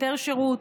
יותר שירות,